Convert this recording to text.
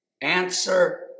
Answer